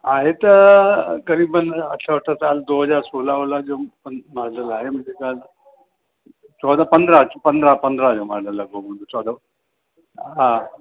आहे तकरीबन अठ अठ साल दो हज़ार सोलह वोलह जो मॉडल आहे मुंहिंजे पास चौदह पंद्रहं पंद्रहं पंद्रहं जो मॉडल अॻो पोइ हूंदो चौदह हा